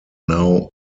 now